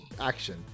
action